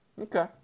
Okay